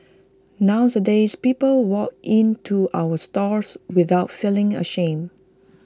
nowadays people walk in to our stores without feeling ashamed